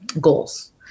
goals